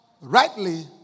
rightly